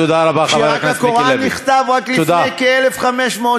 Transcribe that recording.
והקוראן נכתב רק לפני כ-1,500 שנה.